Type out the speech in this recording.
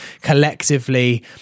collectively